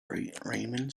raymond